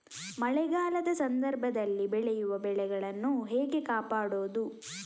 ಮಳೆಗಾಲದ ಸಂದರ್ಭದಲ್ಲಿ ಬೆಳೆಯುವ ಬೆಳೆಗಳನ್ನು ಹೇಗೆ ಕಾಪಾಡೋದು?